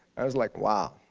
i was like, wow.